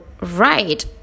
right